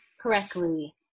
correctly